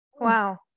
Wow